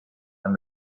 and